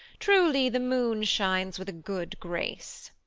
truly, the moon shines with a good grace.